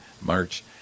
March